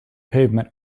pavement